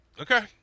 Okay